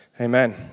Amen